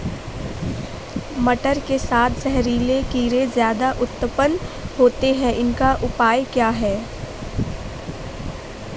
मटर के साथ जहरीले कीड़े ज्यादा उत्पन्न होते हैं इनका उपाय क्या है?